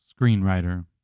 screenwriter